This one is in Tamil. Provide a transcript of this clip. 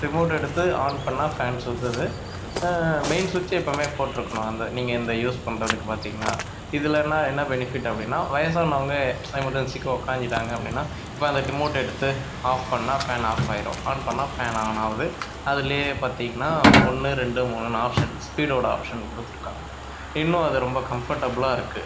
ரிமோட் எடுத்து ஆன் பண்ணிணா ஃபேன் சுற்றுது மெயின் சுச்சி எப்போதுமே போட்டிருக்கணும் அந்த நீங்கள் இந்த யூஸ் பண்ணுறதுக்கு பார்த்தீங்கனனா இதில்ன்னா என்ன பெனிஃபிட் அப்படின்னா வயசானவங்கள் எமர்ஜென்சிக்கு உக்காஞ்சுட்டாங்க அப்படின்னா இப்போ அந்த ரிமோட் எடுத்து ஆஃப் பண்ணிணா ஃபேன் ஆஃப் ஆகிரும் ஆன் பண்ணிணா ஃபேன் ஆன் ஆகுது அதில் பார்த்தீங்கனா ஒன்று ரெண்டு மூணுனு ஆப்ஷன்ஸ் ஸ்பீடோடய ஆப்ஷன் கொடுத்துருக்காங்க இன்னும் அது ரொம்ப கம்ஃபர்ட்டபிளாக இருக்குது